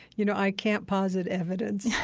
you know, i can't posit evidence.